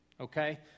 okay